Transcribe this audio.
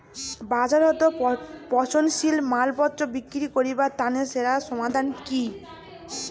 বাজারত পচনশীল মালপত্তর বিক্রি করিবার তানে সেরা সমাধান কি?